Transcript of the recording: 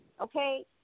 okay